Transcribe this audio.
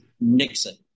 Nixon